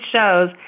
shows